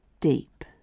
deep